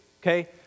okay